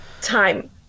time